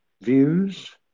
views